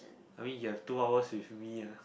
I mean you have two hours with me ah